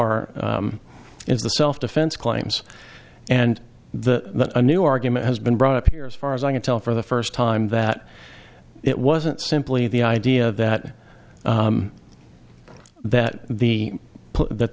the self defense claims and the new argument has been brought up here as far as i can tell for the first time that it wasn't simply the idea that that the that